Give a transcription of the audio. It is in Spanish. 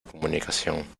comunicación